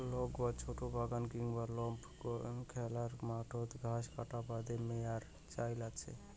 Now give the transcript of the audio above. loan বা ছোট বাগান কিংবা গল্ফ খেলার মাঠত ঘাস কাটার বাদে মোয়ার চইল আচে